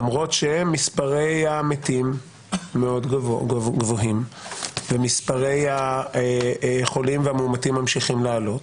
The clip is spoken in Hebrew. למרות שמספרי המתים מאוד גבוהים ומספרי החולים והמאומתים ממשיכים לעלות.